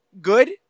good